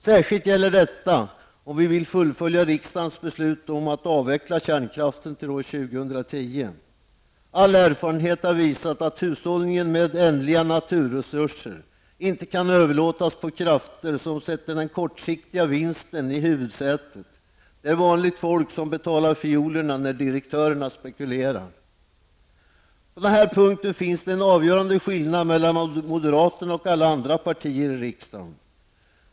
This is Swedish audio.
Detta gäller särskilt om vi vill fullfölja riksdagens beslut om att avveckla kärnkraften till år 2010. All erfarenhet har visat att hushållningen med ändliga naturresurser inte kan överlåtas på krafter som sätter den kortsiktiga vinsten i huvudsätet. Det är vanligt folk som betalar fiolerna när direktörerna spekulerar. På den här punkten finns det en avgörande skilland mellan moderaterna och alla andra partier i riksdagen.